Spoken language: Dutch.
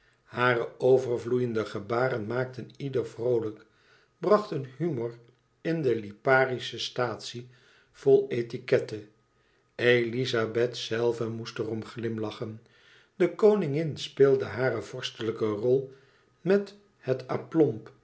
hare overvloeiende gebaren maakten ieder vroolijk brachten humor in de liparische statie vol etiquette elizabeth zelve moest er om glimlachen de koningin speelde hare vorstelijke rol met het aplomb